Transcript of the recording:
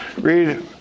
Read